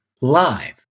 live